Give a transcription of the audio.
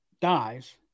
dies